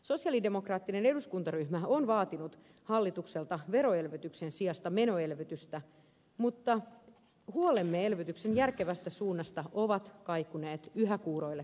sosialidemokraattinen eduskuntaryhmä on vaatinut hallitukselta veroelvytyksen sijasta menoelvytystä mutta huolemme elvytyksen järkevästä suunnasta ovat kaikuneet yhä kuuroille korville